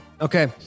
Okay